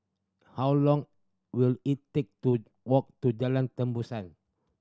how long will it take to walk to Jalan Tembusu